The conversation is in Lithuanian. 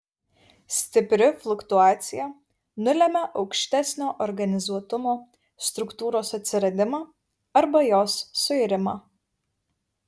stipri fluktuacija nulemia aukštesnio organizuotumo struktūros atsiradimą arba jos suirimą